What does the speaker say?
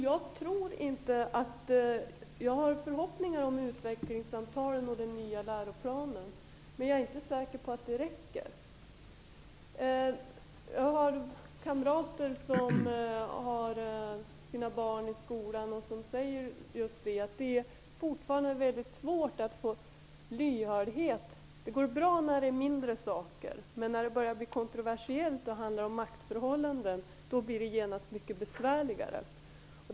Jag har förhoppningar kring utvecklingssamtalen och den nya läroplanen, men jag är inte säker på att detta är tillräckligt. Jag har kamrater som har barn i skolan och som säger att det fortfarande är väldigt svårt att finna lyhördhet. Det går bra när det är fråga om mindre saker, men när det börjar bli kontroversiellt och när det handlar om maktförhållanden blir det genast mycket besvärligare.